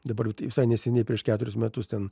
dabar visai neseniai prieš ketverius metus ten